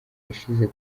yashyize